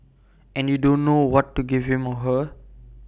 and you don't know what to give him or her